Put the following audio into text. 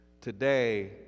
Today